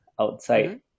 outside